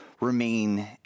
remain